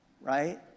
right